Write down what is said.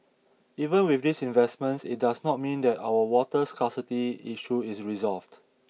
even with these investments it does not mean that our water scarcity issue is resolved